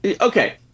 okay